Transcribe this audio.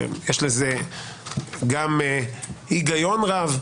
יש בזה גם היגיון רב,